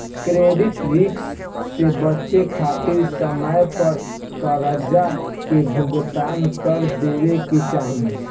credit risk से बचे खातिर समय पर करजा के भुगतान कर देवे के चाही